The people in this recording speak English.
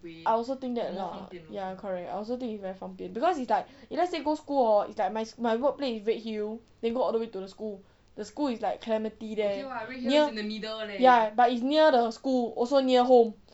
I also think that lah ya correct I also think it's very 放便 because if let's say go school hor it's like my my workplace is redhill then go all the way to the school the school is like clementi there near ya but it's near the school also near home